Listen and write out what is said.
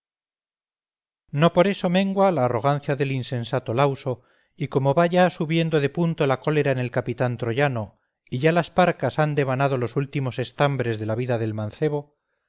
no por eso mengua la arrogancia del insensato lauso y como va ya subiendo de punto la cólera en el capitán troyano y ya las parcas han devanado los últimos estambres de la vida del mancebo